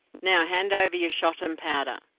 now hand over your shot and powder.